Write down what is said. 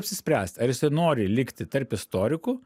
apsispręst ar jisai nori likti tarp istorikų